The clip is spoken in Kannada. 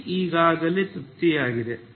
ಸ್ಥಿತಿ ಈಗಾಗಲೇ ತೃಪ್ತಿಯಾಗಿದೆ